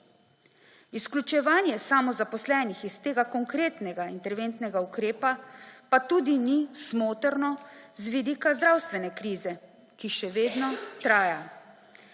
Izključevanje samozaposlenih iz tega konkretnega interventnega ukrepa pa tudi ni smotrno z vidika zdravstvene krize, ki še vedno traja.